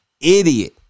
idiot